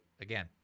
again